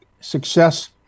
success